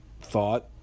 thought